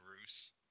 Bruce